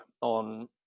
on